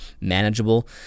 manageable